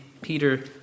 Peter